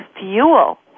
fuel